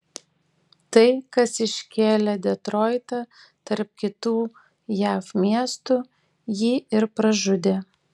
tai kas iškėlė detroitą tarp kitų jav miestų jį ir pražudė